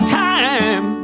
time